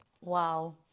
Wow